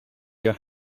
your